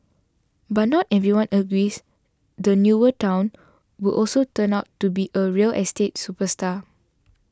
but not everyone agrees the newer town will also turn out to be a real estate superstar